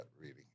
reading